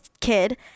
kid